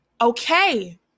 okay